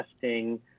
testing